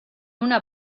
una